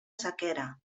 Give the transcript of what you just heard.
sequera